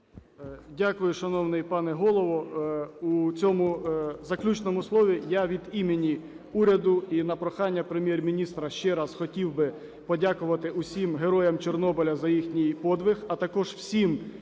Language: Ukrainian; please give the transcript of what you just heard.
Дякую, шановний пане Голово. У цьому заключному слові я від імені уряду і на прохання Прем'єр-міністра ще раз хотів би подякувати усім героям Чорнобиля за їхній подвиг, а також всім